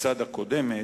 מצד הקודמת,